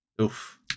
Oof